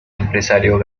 empresario